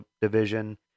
division